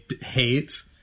hate